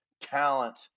talent